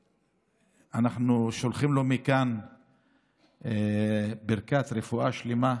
ואנחנו שולחים לו מכאן ברכת רפואה שלמה,